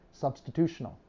substitutional